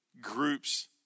groups